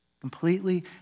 completely